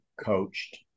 coached